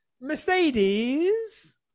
Mercedes